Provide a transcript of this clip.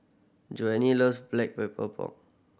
Joanie loves Black Pepper Pork